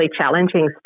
challenging